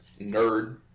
nerd